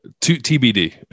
TBD